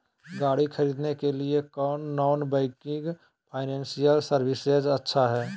गाड़ी खरीदे के लिए कौन नॉन बैंकिंग फाइनेंशियल सर्विसेज अच्छा है?